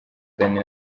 danny